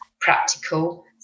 practical